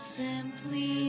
simply